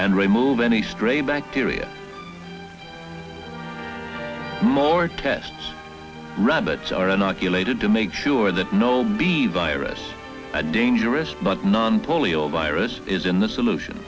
and remove any stray bacteria more tests rabbits are inoculated to make sure that no b virus a dangerous but non polio virus is in the solution